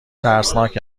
ترسناک